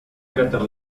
cráter